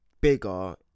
bigger